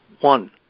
One